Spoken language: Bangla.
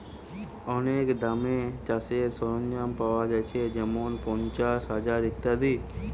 অনেক দামে চাষের সরঞ্জাম পায়া যাচ্ছে যেমন পাঁচশ, হাজার ইত্যাদি